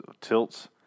tilts